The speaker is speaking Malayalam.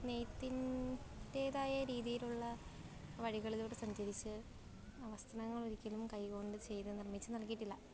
നെയ്ത്തിൻറ്റേതായ രീതിയിലുള്ള വഴികളിലൂടെ സഞ്ചരിച്ച് ആ വസ്ത്രങ്ങൾ ഒരിക്കലും കൈ കൊണ്ട് ചെയ്തു നിർമ്മിച്ച് നൽകിയിട്ടില്ല